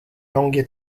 langues